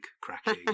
cracking